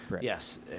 Yes